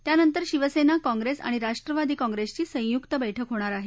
त्यानंतर शिवसेना काँग्रेस आणि राष्ट्रवादी काँग्रेसची संयुक्त बैठक होणार आहे